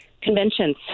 conventions